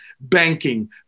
banking